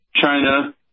China